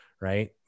right